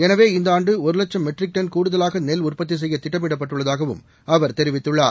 எனவே இந்த ஆண்டு ஒரு வட்சம் மெட்ரிக் டன் கூடுதலாக நெல் உற்பத்தி செய்ய திட்டமிடப்பட்டுள்ளதாகவும் அவர் தெரிவித்துள்ளார்